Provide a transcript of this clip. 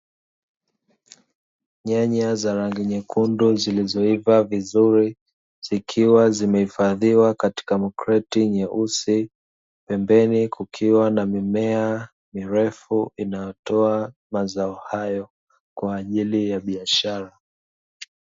Nyanya za rangi nyekundu zilizoiva vizuri, zikiwa zimehifadhiwa katika makreti meusi, pembeni kukiwa na mimea mirefu inayotoa mazao hayo kwa ajili ya biashara.